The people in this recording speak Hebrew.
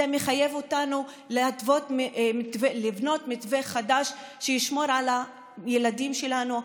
זה מחייב אותנו לבנות מתווה חדש שישמור על הילדים שלנו,